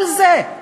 כל זה,